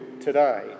today